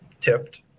tipped